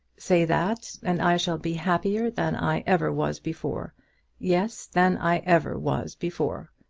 say that, and i shall be happier than i ever was before yes, than i ever was before.